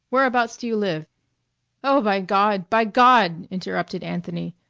whereabouts do you live oh, by god! by god! interrupted anthony,